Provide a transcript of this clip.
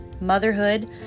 motherhood